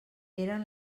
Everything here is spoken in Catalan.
eren